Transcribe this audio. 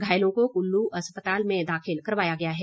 घायलों को कुल्लू अस्पताल में दाखिल करवाया गया है